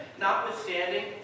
Notwithstanding